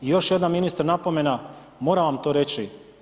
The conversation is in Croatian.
I još jedna, ministre, napomena, moram vam to reći.